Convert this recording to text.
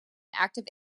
active